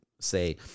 say